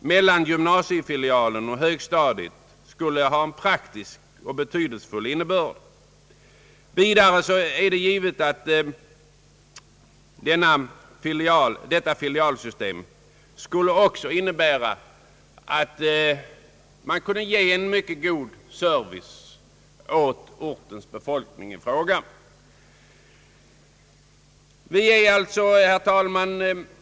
mellan gymnasiefilialen och modergymnasiet: skulle från mångas synpunkter vara mycket betydelsefull. Ett system med gymnasiefilialer skulle innebära att man kunde ge en god skolservice åt befolkningen i filialorten.